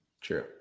True